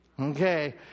Okay